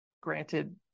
Granted